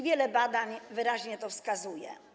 Wiele badań wyraźnie na to wskazuje.